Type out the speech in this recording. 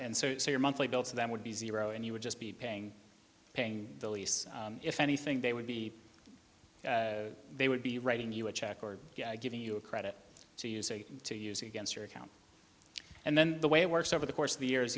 and so your monthly bill to them would be zero and you would just be paying paying the lease if anything they would be they would be writing you a check or giving you a credit so you say to use against your account and then the way it works over the course of the years